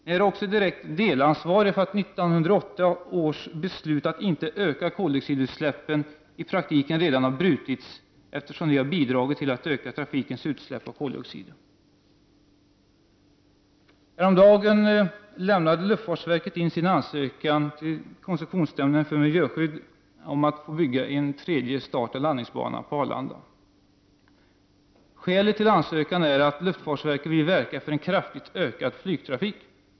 Ni är också direkt delansvariga för att 1988 års beslut att inte öka koldioxidutsläppen i praktiken inte har fullföljts, eftersom ni har bidragit till att öka trafikens utsläpp av koldioxid. Häromdagen lämnade luftfartsverket till koncessionsnämnden för miljöskydd in sin ansökan om att få bygga en tredje startoch landningsbana på Arlanda. Skälet till ansökan är att luftfartsverket vill verka för en kraftigt ökad flygtrafik.